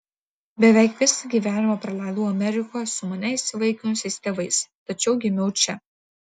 beveik visą gyvenimą praleidau amerikoje su mane įsivaikinusiais tėvais tačiau gimiau čia